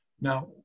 Now